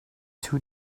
two